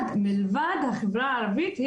מלבד החברה הערבית,